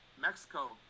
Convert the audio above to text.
Mexico